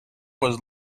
was